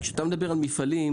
כשאתה מדבר על מפעלים,